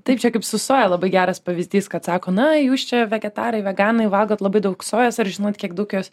tai čia kaip su soja labai geras pavyzdys kad sako na jūs čia vegetarai veganai valgot labai daug sojos ar žinot kiek daug jos